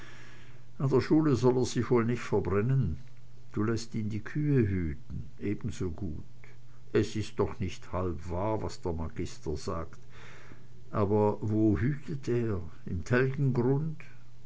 an der schule soll er sich wohl nicht verbrennen du läßt ihn die kühe hüten ebenso gut es ist doch nicht halb wahr was der magister sagt aber wo hütet er im